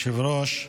מכובדי היושב-ראש,